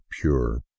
pure